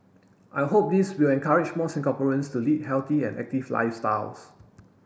I hope this will encourage more Singaporeans to lead healthy and active lifestyles